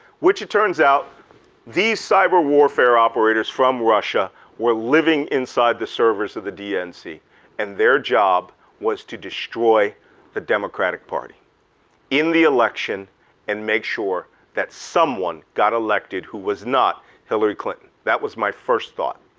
which it turns out these cyber warfare operators from russia were living inside the servers of the dnc and their job was to destroy the democratic party in the election and make sure that someone got elected who was not hillary clinton. that was my first thought.